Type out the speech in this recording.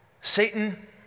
Satan